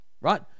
right